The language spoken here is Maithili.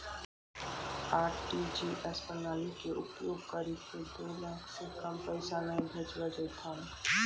आर.टी.जी.एस प्रणाली के उपयोग करि के दो लाख से कम पैसा नहि भेजलो जेथौन